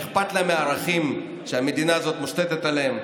אכפת להם מהערכים שהמדינה הזאת מושתתת עליהם,